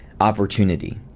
opportunity